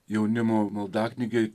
jaunimo maldaknygėj